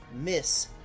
Miss